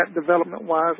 development-wise